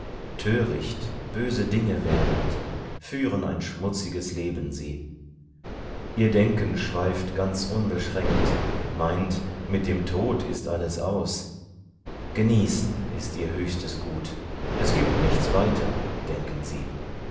töricht böse dinge wählend führen ein schmutz'ges leben sie ihr denken schweift ganz unbeschränkt meint mit dem tod ist alles aus genießen ist ihr höchstes gut es gibt nichts weiter denken sie